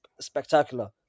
spectacular